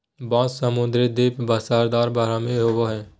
बाँस उपमहाद्वीप में सदाबहार बारहमासी होबो हइ